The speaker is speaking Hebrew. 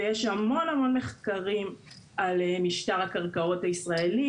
ויש המון המון מחקרים על משטר הקרקעות הישראלי